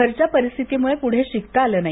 घरच्या परिस्थितीमुळे पुढे शिकता आलं नाही